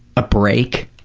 a break,